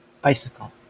bicycle